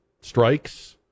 strikes